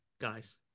guys